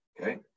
okay